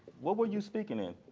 what were you speaking in?